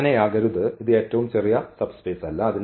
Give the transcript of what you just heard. അത് അങ്ങനെയാകരുത് ഇത് ഏറ്റവും ചെറിയ സബ് സ്പേസ് അല്ല